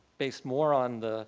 based more on the